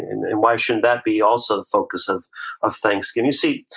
and why shouldn't that be also the focus of of thanksgiving. you see,